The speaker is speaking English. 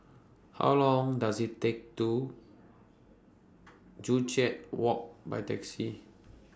How Long Does IT Take to Joo Chiat Walk By Taxi